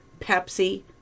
Pepsi